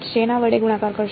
શેના વડે ગુણાકાર કરો